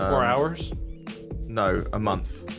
hours no a month